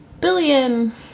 billion